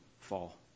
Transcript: fall